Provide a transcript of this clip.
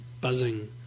buzzing